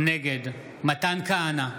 נגד מתן כהנא,